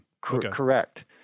Correct